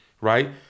Right